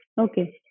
Okay